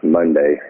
Monday